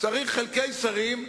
צריך חלקי שרים,